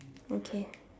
okay